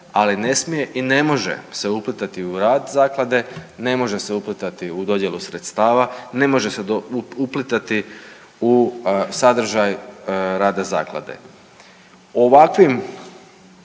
ali ne smije i ne može se uplitati u rad zaklade, ne može se uplitati u dodjelu sredstava, ne može se uplitati u sadržaj rada zaklade. Ovakvim